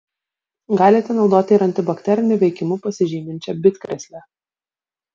galite naudoti ir antibakteriniu veikimu pasižyminčią bitkrėslę